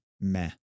meh